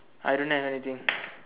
I don't have anything